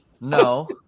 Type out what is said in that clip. No